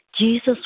Jesus